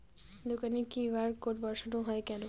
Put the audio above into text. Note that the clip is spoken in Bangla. দোকানে কিউ.আর কোড বসানো হয় কেন?